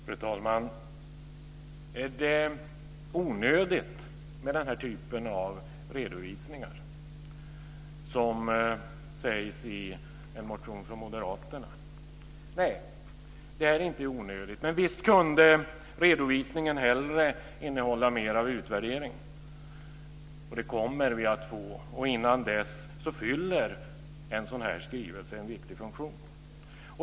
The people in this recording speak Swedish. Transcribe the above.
Fru talman! Är det onödigt med den här typen av redovisningar, som sägs i en motion från moderaterna? Nej, det är inte onödigt, men visst kunde redovisningen hellre innehålla mer av utvärdering. Och det kommer vi att få. Innan dess fyller en sådan här skrivelse en viktig funktion.